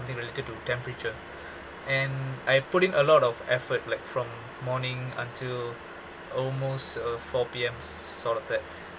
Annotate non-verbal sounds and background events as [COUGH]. ~thing related to temperature [BREATH] and I have put in a lot of effort like from morning until almost uh four P_M sort of that